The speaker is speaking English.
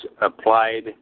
applied